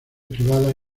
privadas